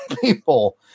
people